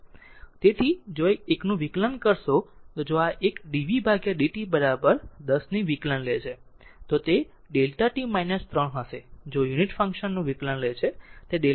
તેથી જો આ એકનું વિકલન કરશો જો આ એક d v ભાગયા d t 10 ની વિકલન લે છે તો તે Δ t 3 હશે જો યુનિટ ફંક્શન નું વિકલન લે છે